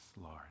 Lord